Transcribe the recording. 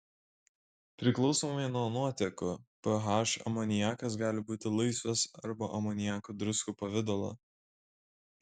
priklausomai nuo nuotekų ph amoniakas gali būti laisvas arba amoniako druskų pavidalo